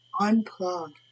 Unplug